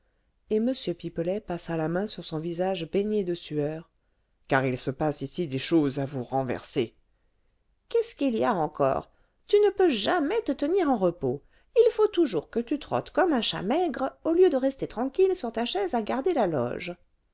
et m pipelet passa la main sur son visage baigné de sueur car il se passe ici des choses à vous renverser qu'est-ce qu'il y a encore tu ne peux jamais te tenir en repos il faut toujours que tu trottes comme un chat maigre au lieu de rester tranquille sur ta chaise à garder la loge